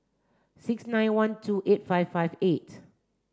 six nine one two eight five five eight